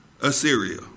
Assyria